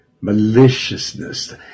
maliciousness